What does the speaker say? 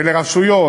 ולרשויות.